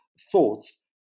thoughts